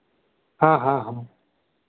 हाँ हाँ हाँ